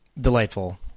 delightful